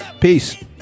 Peace